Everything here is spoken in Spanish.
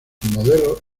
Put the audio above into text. modelo